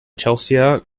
chelsea